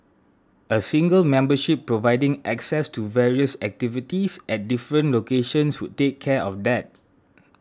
a single membership providing access to various activities at different locations would take care of that